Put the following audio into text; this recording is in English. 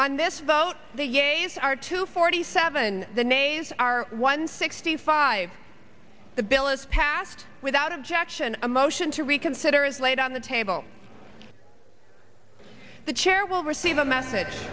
on this vote the yeas are two forty seven the nays are one sixty five the bill is passed without objection a motion to reconsider is laid on the table the chair will receive a message